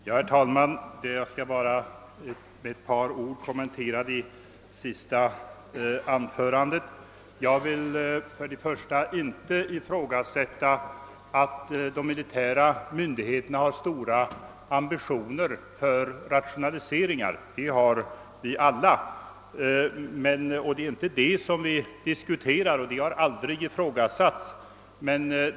Herr talman! Jag skall bara med några ord kommentera det senaste anförandet. Jag vill först och främst inte ifrågasätta de militära myndigheternas ambitioner när det gäller rationaliseringar. Det har vi alla och det är inte detta som vi nu diskuterar. Det är något som aldrig har ifrågasatts.